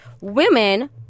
women